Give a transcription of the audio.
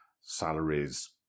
salaries